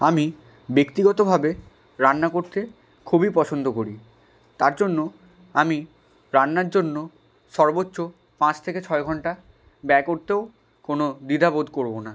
আমি ব্যক্তিগতভাবে রান্না করতে খুবই পছন্দ করি তার জন্য আমি রান্নার জন্য সর্বোচ্চ পাঁচ থেকে ছয় ঘন্টা ব্যয় করতেও কোনো দ্বিধা বোধ করবো না